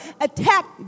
attack